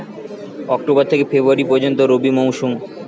October থেকে February পর্যন্ত রবি মৌসুম